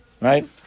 right